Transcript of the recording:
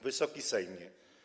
Wysoki Sejmie!